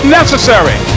necessary